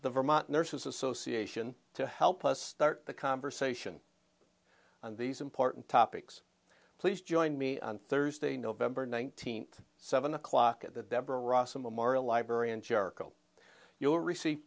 the vermont nurses association to help us start the conversation on these important topics please join me on thursday november nineteenth seven o'clock at the deborah rossum memorial library in jericho you will receive